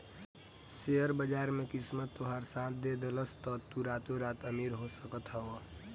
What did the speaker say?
share बाजार में किस्मत तोहार साथ दे देहलस तअ तू रातो रात अमीर हो सकत हवअ